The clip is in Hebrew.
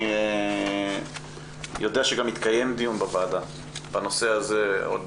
אני יודע שהתקיים דיון בוועדה בנושא הזה עוד